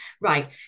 right